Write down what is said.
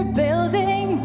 building